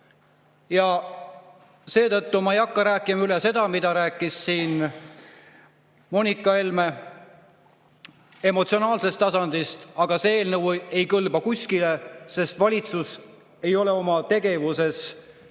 Ja seetõttu ma ei hakka rääkima üle seda, mida rääkis siin Moonika Helme emotsionaalsel tasandil. Aga see eelnõu ei kõlba kuskile, sest valitsus ei ole oma tegevuses lähtunud